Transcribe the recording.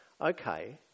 Okay